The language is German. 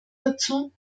dazu